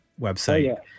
website